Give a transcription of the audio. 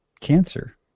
cancer